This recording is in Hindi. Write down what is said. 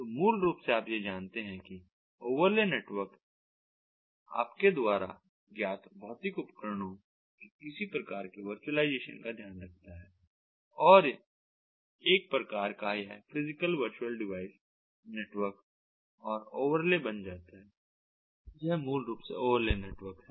तो मूल रूप से आप जानते हैं कि ओवरले नेटवर्क आपके द्वारा ज्ञात भौतिक उपकरणों के किसी प्रकार के वर्चुअलाइजेशन का ध्यान रखता है और एक प्रकार का यह फिजिकल वर्चुअल डिवाइस नेटवर्क और ओवरले बन जाता है यह मूल रूप से ओवरले नेटवर्क है